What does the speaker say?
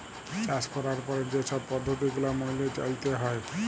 চাষ ক্যরার পরে যে ছব পদ্ধতি গুলা ম্যাইলে চ্যইলতে হ্যয়